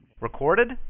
Recorded